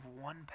one